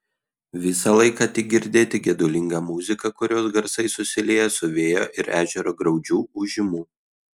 visą laiką tik girdėti gedulinga muzika kurios garsai susilieja su vėjo ir ežero graudžiu ūžimu